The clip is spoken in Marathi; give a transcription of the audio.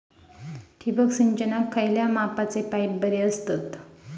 ठिबक सिंचनाक खयल्या मापाचे पाईप बरे असतत?